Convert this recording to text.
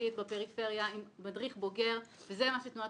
ואיכותית בפריפריה עם מדריך בוגר וזה מה שתנועת